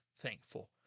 thankful